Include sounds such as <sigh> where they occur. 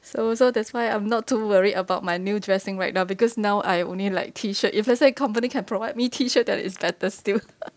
so so that's why I'm not too worried about my new dressing right now because now I only like T shirt if let's say company can provide me T shirt that is better still <laughs>